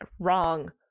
wrong